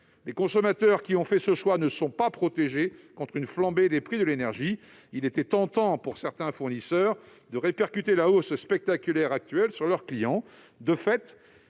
Les consommateurs qui ont fait appel à eux ne sont pas protégés contre une flambée des prix de l'énergie. Il était tentant, pour certains fournisseurs, de répercuter la hausse spectaculaire actuelle sur leurs clients.